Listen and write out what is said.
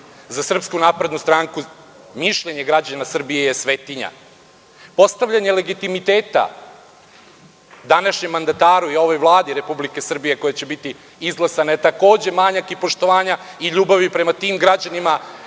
od građana Srbije. Za SNS mišljenje građana Srbije je svetinja. Postavljanje legitimiteta današnjem mandataru i ovoj Vladi Republike Srbije koja će biti izglasana je takođe manjak poštovanja i ljubavi prema tim građanima